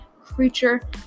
creature